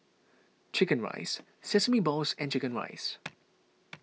Chicken Rice Sesame Balls and Chicken Rice